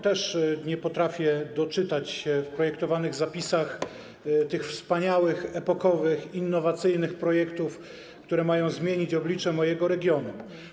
Też nie potrafię doczytać się w projektowanych zapisach tych wspaniałych, epokowych, innowacyjnych projektów, które mają zmienić oblicze mojego regionu.